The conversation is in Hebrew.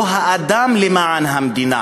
לא האדם למען המדינה.